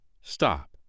stop